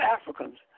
Africans